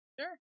Sure